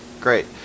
Great